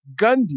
Gundy